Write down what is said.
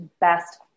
best